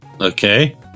Okay